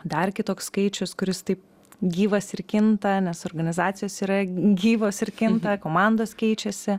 dar kitoks skaičius kuris taip gyvas ir kinta nes organizacijos yra gyvos ir kinta komandos keičiasi